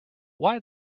why